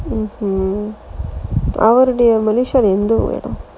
அவரு:avaru malaysia lah எந்த ஊரு:entha ooru